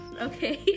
okay